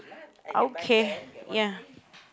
okay ya